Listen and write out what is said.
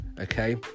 okay